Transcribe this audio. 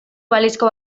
balizko